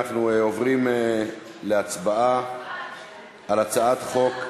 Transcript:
אנחנו עוברים להצבעה על הצעת חוק,